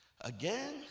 Again